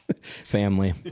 Family